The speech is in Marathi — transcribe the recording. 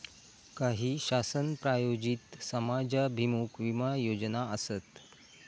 काही शासन प्रायोजित समाजाभिमुख विमा योजना आसत